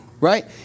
right